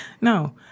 No